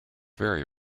very